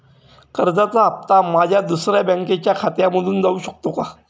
कर्जाचा हप्ता माझ्या दुसऱ्या बँकेच्या खात्यामधून जाऊ शकतो का?